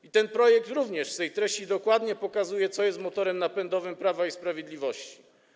I ten projekt również w swej treści dokładnie pokazuje, co jest motorem napędowym Prawa i Sprawiedliwości.